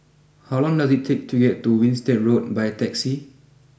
how long does it take to get to Winstedt Road by taxi